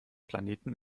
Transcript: planeten